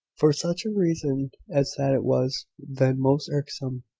for such a reason as that it was then most irksome.